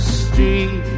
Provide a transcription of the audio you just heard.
street